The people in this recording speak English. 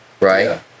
Right